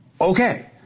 okay